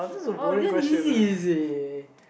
uh then easy easy